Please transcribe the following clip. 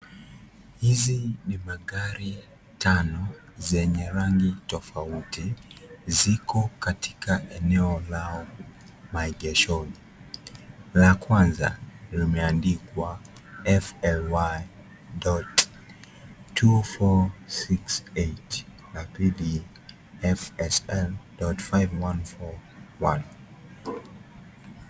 Hizi ni magari tano zenye rangi tofauti. Ziko katika eneo la maegeshoni . La kwanza limeandikwa FLY,2468. La pili , FSL.5141.